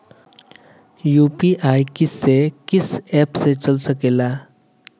UPI किस्से कीस app से चल सकेला?